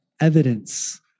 evidence